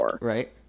right